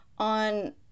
On